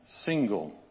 single